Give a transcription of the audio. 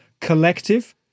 collective